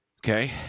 Okay